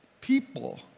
people